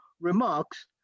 remarks